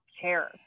care